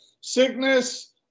sickness